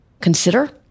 consider